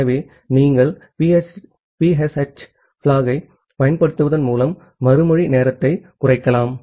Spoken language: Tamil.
ஆகவே நீங்கள் PSH flagயைப் பயன்படுத்துவதன் மூலம் மறுமொழி நேரத்தைக் குறைக்கலாம்